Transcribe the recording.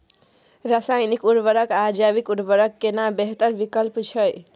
रसायनिक उर्वरक आ जैविक उर्वरक केना बेहतर विकल्प छै?